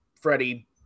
freddie